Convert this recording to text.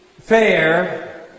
fair